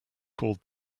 called